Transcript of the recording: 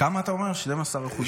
כמה אתה אומר, 12%?